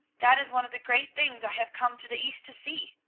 that is one of the great things i have come to the east to see.